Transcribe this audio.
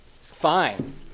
fine